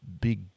big